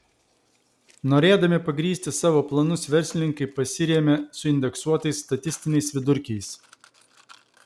norėdami pagrįsti savo planus verslininkai pasirėmė suindeksuotais statistiniais vidurkiais